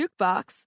Jukebox